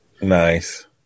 Nice